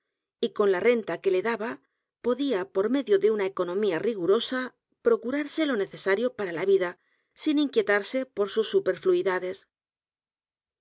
y con la renta que le daba podía por medio de una economía rigurosa procurarse lo necesario para la vida sin inquietarse por sus superfluidades